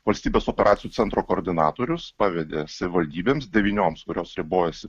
valstybės operacijų centro koordinatorius pavedė savivaldybėms devynioms kurios ribojasi